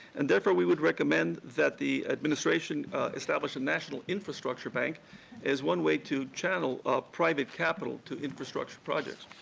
and, therefore, we would recommend that the administration establish a national infrastructure bank as one way to channel private capital to infrastructure projects.